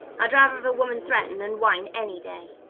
i'd rather have a woman threaten than whine, any day.